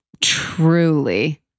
Truly